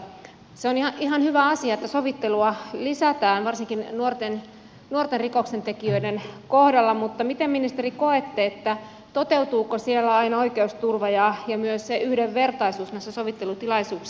se on ihan hyvä asia että sovittelua lisätään varsinkin nuorten rikoksentekijöiden kohdalla mutta miten ministeri koette toteutuuko näissä sovittelutilaisuuksissa aina oikeusturva ja myös yhdenvertaisuus